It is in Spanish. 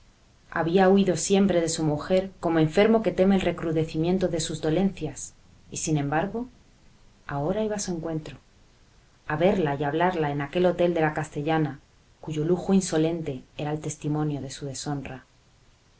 había huido siempre de su mujer como enfermo que teme el recrudecimiento de sus dolencias y sin embargo ahora iba a su encuentro a verla y hablarla en aquel hotel de la castellana cuyo lujo insolente era el testimonio de su deshonra